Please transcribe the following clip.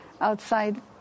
outside